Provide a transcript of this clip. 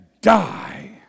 die